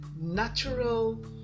natural